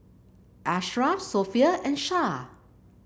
Ashraf Sofea and Shah